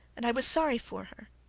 and i was sorry for her,